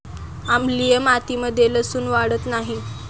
आम्लीय मातीमध्ये लसुन वाढत नाही